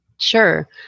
Sure